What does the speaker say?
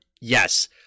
Yes